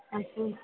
अस्तु